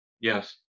Yes